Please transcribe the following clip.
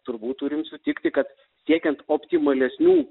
turbūt turim sutikti kad siekiant optimalesnių